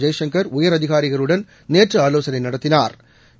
ஜெய்சங்கர் உயரதிகாரிகளுடன் நேற்று ஆலோசனை நடத்தினாா்